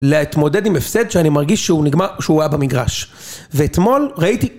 להתמודד עם הפסד שאני מרגיש שהוא נגמר שהוא היה במגרש ואתמול ראיתי